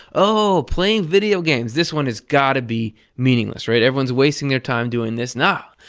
oh, playing video games! this one has got to be meaningless, right? everyone's wasting their time doing this. no!